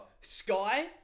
Sky